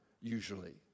usually